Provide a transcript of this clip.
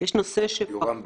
מה התפקיד שלך?